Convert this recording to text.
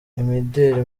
imideli